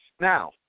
Now